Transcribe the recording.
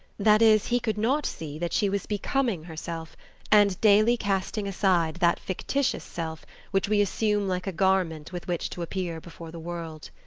that is, he could not see that she was becoming herself and daily casting aside that fictitious self which we assume like a garment with which to appear before the world.